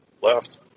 left